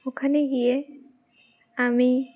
ওখানে গিয়ে আমি